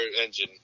engine